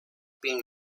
being